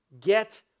get